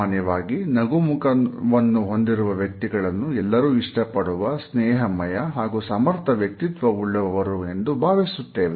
ಸಾಮಾನ್ಯವಾಗಿ ನಗು ಮುಖವನ್ನು ಹೊಂದಿರುವ ವ್ಯಕ್ತಿಗಳನ್ನು ಎಲ್ಲರೂ ಇಷ್ಟಪಡುವ ಸ್ನೇಹಮಯ ಹಾಗೂ ಸಮರ್ಥ ವ್ಯಕ್ತಿತ್ವವುಳ್ಳವರು ಎಂದು ಭಾವಿಸುತ್ತೇವೆ